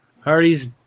Hardys